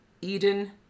Eden